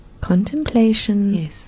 contemplation